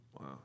Wow